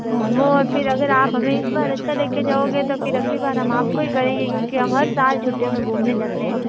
हाँ वो और फिर अगर आप हमें इस बार अच्छा लेके जाओगे तो फिर अगली बार हम आपको ही करेंगे क्योंकि हम हर साल छुट्टियों में घूमने जाते हैं